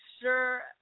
sure